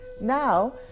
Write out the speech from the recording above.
Now